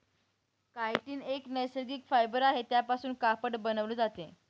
chitin एक नैसर्गिक fibre आहे त्यापासून कापड बनवले जाते